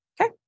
Okay